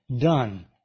done